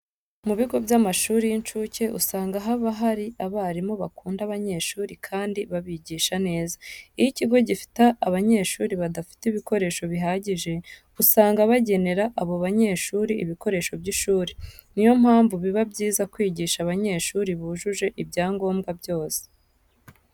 Mu bigo by'amashuri y'incuke usanga haba hari abarimu bakunda abanyeshuri kandi babigisha neza. Iyo ikigo gifite abanyeshuri badafite ibikoresho bihagije, usanga bagenera abo banyeshuri ibikoresho by'ishuri. Niyo mpamvu biba byiza kwigisha abanyeshuri bujuje ibyangombwa byose.